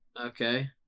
Okay